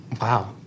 Wow